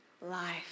life